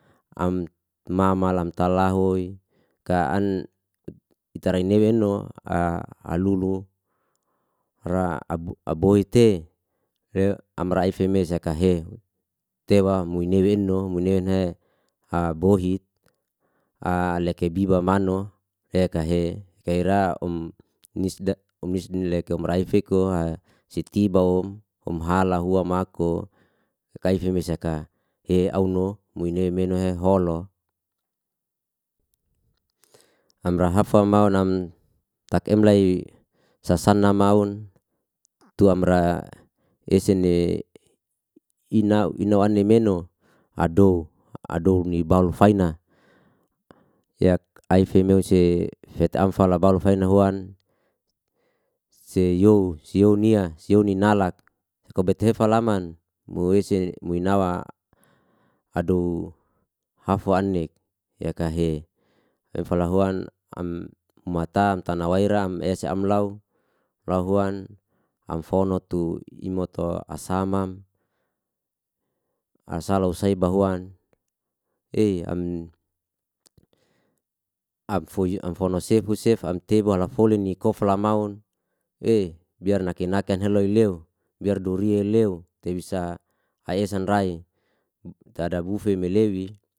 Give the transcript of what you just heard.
Am mama lam tala hoi ka ita ra inei eno a alulu ra aboite am raife me saka he tewa mui nue eno, mui neun he abohit, aleke biba mano eka hekai ra om nisda om raif iko sitiba om, om hala hua mako kaife mese saka ei auno mui neu meno he holo. Amra ha fa maun am takem lai sasana maun tu amra esene inau ina anu meno adow, adow ni balfaina yak aife meuse fet am fala baul faina huan se you nia, se you ni nalak kobethe falaman mo ese ni moi nawa, adow hafa anek yakahe am fala huan am mata tana waira am ese am lau, lau huan, am fono tu imoto asamam asala husei bahuan am fono sef husef am tebu alafoli nikof la maun biar naki naki an heloi leu biar durie leu tebisa esan rai tada bufe melewi.